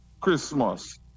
Christmas